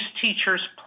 teachers